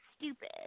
stupid